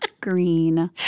Green